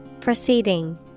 Proceeding